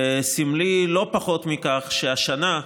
וסמלי לא פחות מכך, שהשנה,